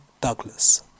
Douglas